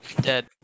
Dead